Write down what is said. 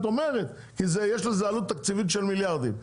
אומרת כי יש לזה עלות תקציבית של מיליארדים.